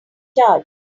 charge